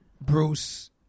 Bruce